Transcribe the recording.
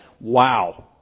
wow